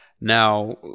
Now